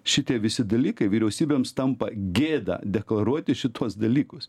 šitie visi dalykai vyriausybėms tampa gėda deklaruoti šituos dalykus